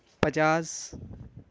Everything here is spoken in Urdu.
پچاس